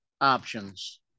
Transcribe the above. options